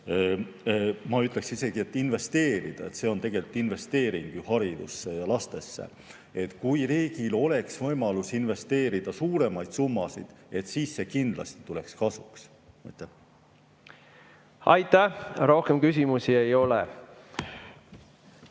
ma ütleksin isegi, investeerida – see on investeering haridusse ja lastesse –, kui riigil on võimalus investeerida suuremaid summasid, siis see kindlasti tuleb kasuks. Aitäh! Rohkem küsimusi ei ole.